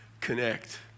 connect